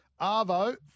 Arvo